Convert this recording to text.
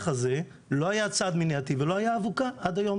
הזה לא היה צעד מניעתי ולא היה אבוקה עד היום,